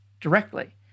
directly